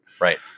Right